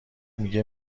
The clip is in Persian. میگه